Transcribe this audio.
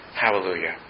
Hallelujah